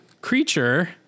creature